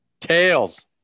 Tails